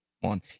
one